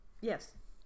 Yes